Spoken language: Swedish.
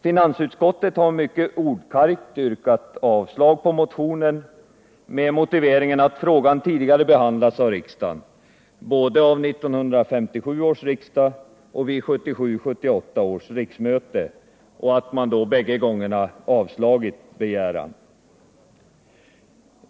Finansutskottet har mycket ordkargt avstyrkt motionen med motiveringen att frågan tidigare behandlats av riksdagen — både av 1957 års riksdag och vid 1977/78 års riksmöte — och att begäran då avslagits.